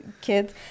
kids